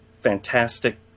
fantastic